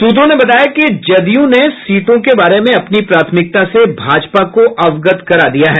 सूत्रों ने बताया कि जदयू ने सीटों के बारे में अपनी प्राथमिकता से भाजपा को अवगत करा दिया है